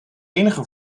enige